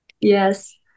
Yes